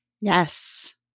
Yes